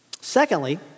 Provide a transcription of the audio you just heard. Secondly